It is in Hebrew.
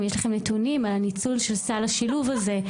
אם יש לכם נתונים על הניצול של סל השילוב הזה.